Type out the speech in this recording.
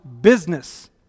business